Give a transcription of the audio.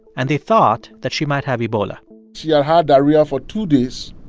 and they thought that she might have ebola she had had diarrhea for two days,